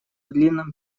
длинном